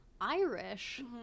Irish